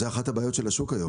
זאת אחת הבעיות של השוק היום.